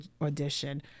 audition